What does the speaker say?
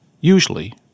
usually